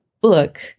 book